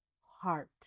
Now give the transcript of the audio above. heart